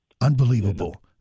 Unbelievable